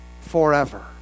forever